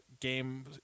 game